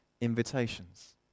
invitations